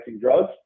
drugs